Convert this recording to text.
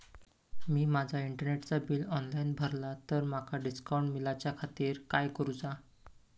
मी माजा इंटरनेटचा bill online भरला तर माका डिस्काउंट मिलाच्या खातीर काय करुचा?